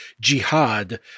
Jihad